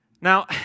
Now